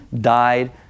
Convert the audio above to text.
died